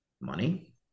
Money